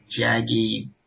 jaggy